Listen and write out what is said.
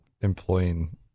employing